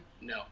No